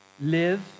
live